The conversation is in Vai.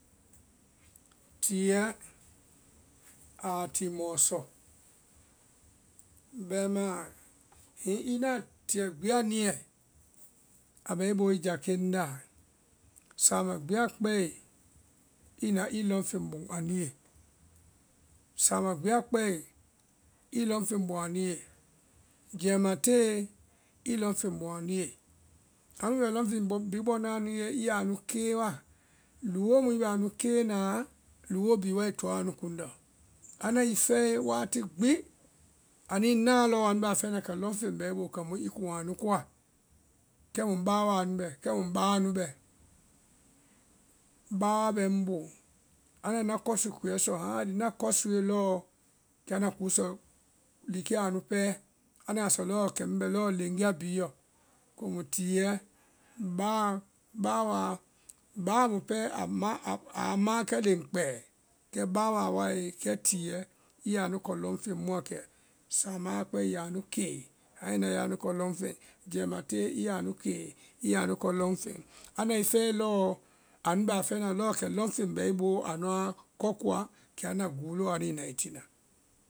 teyɛɛ aa timɔɔ sɔ bɛimã hiŋí i naã teyɛ gbi la niɛ, a bɛ i boo i já keŋ dnáa, sáama gbi a kpɛe i na i lɔŋ feŋ bɔŋ anu ye. sáama gbi a kpɛe i lɔŋ feŋ bɔŋ anu ye, jɛima tee, amu i bɛ lɔŋ feŋ bɔ bhí bɔŋ naã anu ye i yáa nu kee wa, luwoo mu i bɛ anu kee naã luwoo bhí wai toa anu kuŋndɔ. Anda i fɛɛe wati gbi, anuĩ naã lɔɔ anu bɛ a fɛɛ na kɛ lɔŋ feŋ bɛ i boo kɛmu i kuŋ anu kɔa, kɛmu báawaa nu bɛ, kɛmu báa nu bɛ, báawa bɛ ŋ boo anda ŋna kɔsu kulɛɛ sɔ hãale, ŋna kɔsue lɔɔ kɛ anda kusɔ likɛa anu pɛɛ anda sɔ lɔɔ kɛ ŋ bɛ lɔɔ leŋgia bhí lɔ, komu tiyɛɛ, báa, báawaa, báa mu pɛɛ aa ma ma aa maãkɛ leŋ kpɛɛ, kɛ báawaa wae kɛ tiyɛɛ i yaa anu kɔ lɔŋ feŋ muã kɛ sáama a kpɛe i yaa nu kee anuĩ na i yaa nu kɔ lɔŋ feŋ, jɛima tee i yaa anu kɔ lɔn feŋ, anda i fɛe lɔɔ anu bɛ a fɛɛna lɔɔ kɛ lɔŋ feŋ bɛ i boo anuã kɔ koa kɛ anda guu lɔɔ anuĩ na i tina.